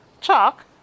chalk